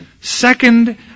Second